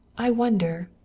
i wonder,